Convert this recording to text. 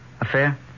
Affair